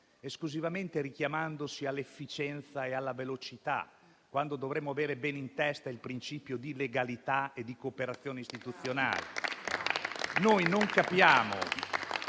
esclusivamente richiamandosi all'efficienza e alla velocità, quando dovremmo avere ben in testa il principio di legalità e di cooperazione istituzionale.